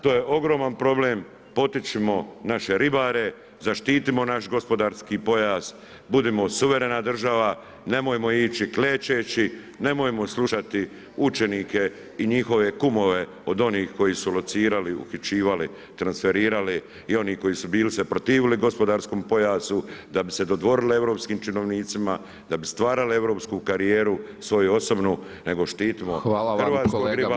To je ogroman problem, potičimo naše ribare, zaštitimo naš gospodarski pojas, budimo suverena država, nemojmo ići klečeći, nemojmo slušati učenike i njihove kumove od onih koji su locirali, uhićivali, transferirali i onih koji su bili se protivili gospodarskom pojasu da bi se dodvorili europskim činovnicima, da bi stvarale europsku karijeru, svoju osobnu, nego štitimo hrvatskog ribara,